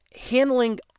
handling